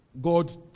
God